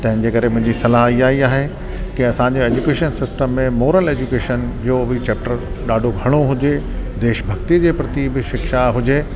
तंहिंजे करे मुंहिंजी सलाहु इहा ई आहे की असांजे एजुकेशन सिस्टम में मॉरल एजुकेशन जो बि चेप्टर ॾाढो घणो हुजे देश भक्ती जे प्रति बि शिक्षा हुजे